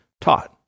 taught